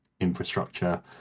infrastructure